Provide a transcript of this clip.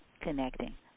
connecting